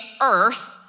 earth